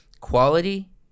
quality